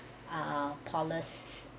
ah poli~